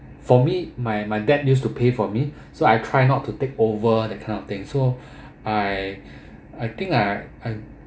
for me my my dad used to pay for me so I try not to take over that kind of things so I I think I